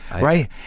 Right